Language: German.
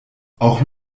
auch